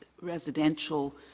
residential